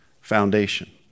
foundation